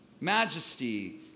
Majesty